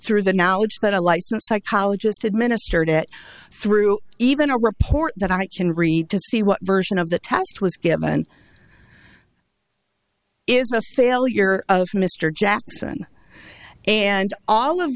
through the knowledge that a licensed psychologist administered it through even a report that i can read to see what version of the test was given it is a failure of mr jackson and all of